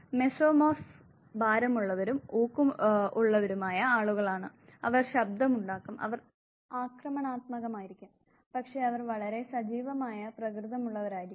mesomorphs ഭാരമുള്ളവരും ഊക്കുള്ളവരുമായ ആളുകൾ ആണ് അവർ ശബ്ദമുണ്ടാക്കും അവർ ആക്രമണാത്മകമായിരിക്കും പക്ഷേ അവർ വളരെ സജീവമായ പ്രകൃതമുള്ളവരായിരിക്കും